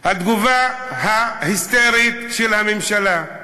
תגובה היסטרית של הממשלה.